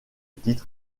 titre